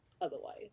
otherwise